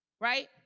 right